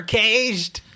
caged